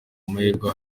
amahirwe